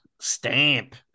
stamp